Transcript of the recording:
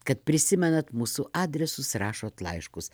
kad prisimenat mūsų adresus rašot laiškus